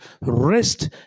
rest